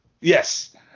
Yes